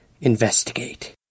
investigate